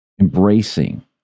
embracing